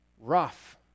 rough